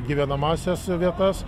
gyvenamąsias vietas